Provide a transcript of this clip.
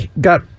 got